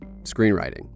screenwriting